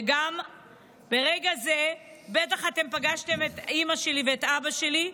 וגם ברגע הזה בטח אתם פגשתם את אימא שלי ואת אבא שלי,